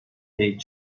دهید